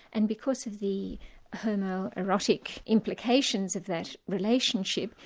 and because of the homo-erotic implications of that relationship,